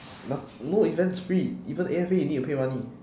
no~ no event's free even A_F_A you need to pay money